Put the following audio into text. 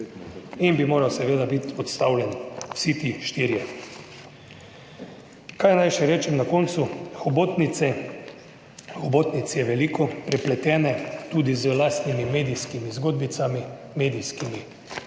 in bi moral seveda biti odstavljeni vsi ti štirje. Kaj naj še rečem na koncu hobotnice, hobotnic je veliko, prepletene tudi z lastnimi medijskimi zgodbicami, medijskimi